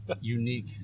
unique